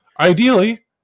ideally